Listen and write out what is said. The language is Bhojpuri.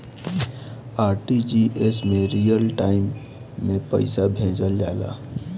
आर.टी.जी.एस में रियल टाइम में पइसा भेजल जाला